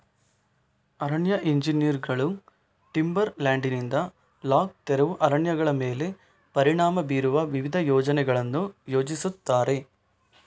ಅರಣ್ಯ ಎಂಜಿನಿಯರುಗಳು ಟಿಂಬರ್ ಲ್ಯಾಂಡಿನಿಂದ ಲಾಗ್ ತೆರವು ಅರಣ್ಯಗಳ ಮೇಲೆ ಪರಿಣಾಮ ಬೀರುವ ವಿವಿಧ ಯೋಜನೆಗಳನ್ನು ಯೋಜಿಸುತ್ತಾರೆ